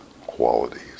qualities